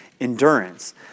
endurance